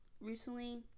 recently